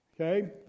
Okay